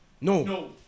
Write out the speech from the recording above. No